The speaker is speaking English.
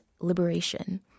liberation